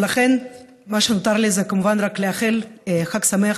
לכן מה שנותר לי זה כמובן רק לאחל חג שמח